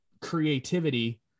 creativity